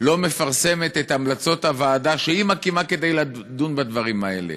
לא מפרסמת את המלצות הוועדה שהיא מקימה כדי לדון בדברים האלה,